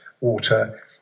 water